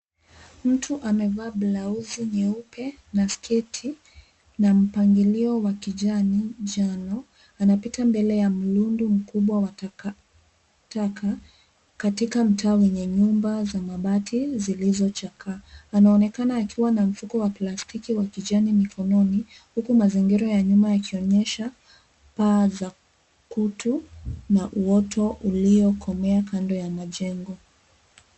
Mtu amevaa blauzi nyeupe na sketi na mpangilio wa kijani njano, anapita mbele ya mlundo mkubwa wa takataka katika mtaa wenye nyumba za mabati zilizochakaa. Anaonekana akiwa na mfuko wa plastiki wa kijani mikononi, huku mazingira ya nyuma yakionyesha paa za kutu na uoto uliokomea kando ya majengo.